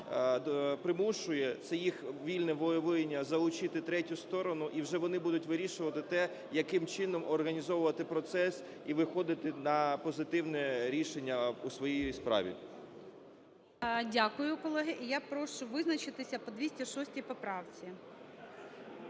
примушує, це їх вільне волевиявлення – залучити третю сторону. І вже вони будуть вирішувати те, яким чином організовувати процес і виходити на позитивне рішення у своїй справі. ГОЛОВУЮЧИЙ. Дякую, колеги. І я прошу визначитися по 206 поправці.